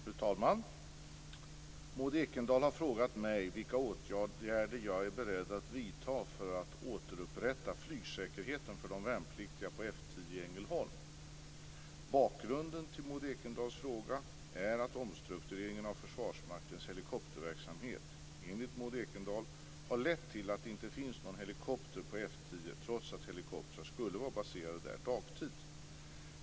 Fru talman! Maud Ekendahl har frågat mig vilka åtgärder jag är beredd att vidta för att återupprätta flygsäkerheten för de värnpliktiga på F 10 i Ängelholm. Bakgrunden till Maud Ekendahls fråga är att omstruktureringen av Försvarsmaktens helikopterverksamhet, enligt Maud Ekendahl, har lett till att det inte finns någon helikopter på F 10, trots att helikopter skulle vara baserad där dagtid.